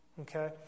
Okay